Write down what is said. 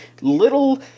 little